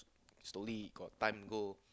slowly got time go